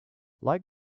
like